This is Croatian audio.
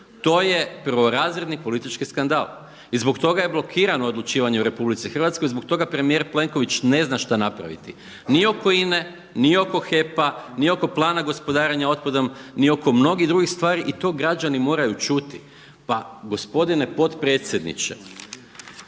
To je prvorazredni politički skandal. I zbog toga je blokirano odlučivanje u RH, zbog toga premijer Plenković ne zna šta napraviti ni oko INA-e, ni oko HEP-a, ni oko plana gospodarenja otpadom, ni oko mnogih drugih stvari i to građani moraju čuti. Pa gospodine potpredsjedniče